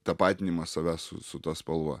tapatinimas savęs su su ta spalva